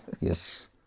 Yes